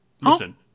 Listen